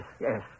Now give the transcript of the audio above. yes